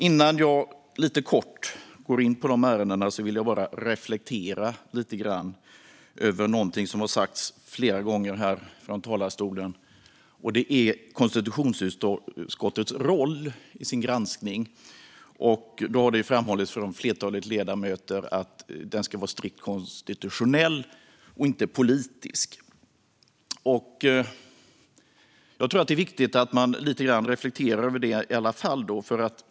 Innan jag lite kort går in på de ärendena vill jag bara reflektera lite grann över någonting som har tagits upp flera gånger här från talarstolen, nämligen konstitutionsutskottets roll i granskningen. Det har framhållits från ett flertal ledamöter att den ska vara strikt konstitutionell och inte politisk. Jag tror att det är viktigt att man i alla fall reflekterar lite grann över det.